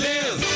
Live